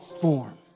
form